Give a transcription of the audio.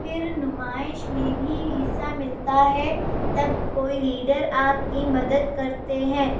پھر نمائش میں بھی حصہ ملتا ہے تب کوئی لیڈر آپ کی مدد کرتے ہیں